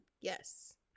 Yes